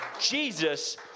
Jesus